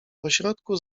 pośrodku